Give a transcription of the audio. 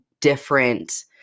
different